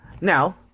Now